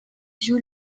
joue